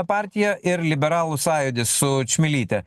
partija ir liberalų sąjūdis su čmilyte